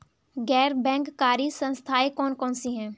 गैर बैंककारी संस्थाएँ कौन कौन सी हैं?